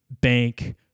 bank